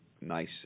nice